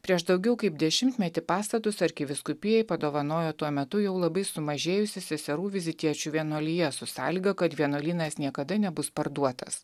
prieš daugiau kaip dešimtmetį pastatus arkivyskupijai padovanojo tuo metu jau labai sumažėjusi seserų vizitiečių vienuolija su sąlyga kad vienuolynas niekada nebus parduotas